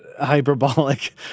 hyperbolic